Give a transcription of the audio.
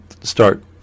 start